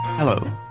Hello